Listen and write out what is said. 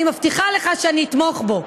ואני מבטיחה לך שאני אתמוך בו.